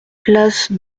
place